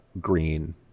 green